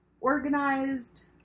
organized